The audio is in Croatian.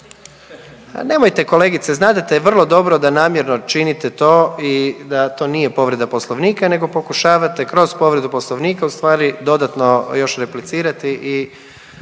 nemojte kolegice znadete vrlo dobro da namjerno činite to i da to nije povreda poslovnika nego pokušavate kroz povredu poslovnika ustvari dodatno još replicirati i